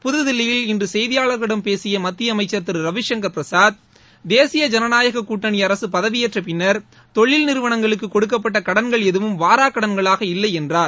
புத்தில்லியில் இன்று செய்தியாளர்களிடம் பேசிய மத்திய அமைச்சர் திரு ரவிசங்கர் பிரசாத் தேசிய ஜனநாயகக் கூட்டணி அரசு பதவியேற்ற பின்னர் தொழில் நிறுவனங்களுக்கு கொடுக்கப்பட்ட கடன்கள் எதுவும் வாராக் கடன்களாக இல்லை என்றார்